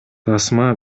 тасма